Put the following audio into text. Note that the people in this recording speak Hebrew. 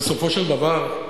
בסופו של דבר,